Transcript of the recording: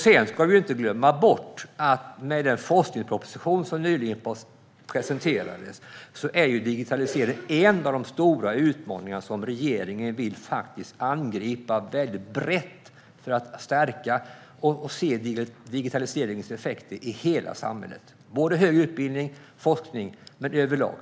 Sedan ska vi inte glömma bort att med den forskningsproposition som nyligen presenterades är digitaliseringen en av de stora utmaningarna som regeringen vill angripa väldigt brett för att stärka och se digitaliseringens effekter i hela samhället. Det handlar överlag om högre utbildning och forskning.